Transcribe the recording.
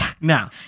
Now